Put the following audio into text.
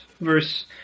verse